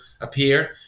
appear